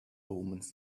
omens